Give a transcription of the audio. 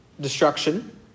destruction